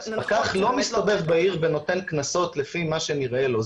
פקח לא מסתובב בעיר ונותן קנסות לפי מה שנראה לו.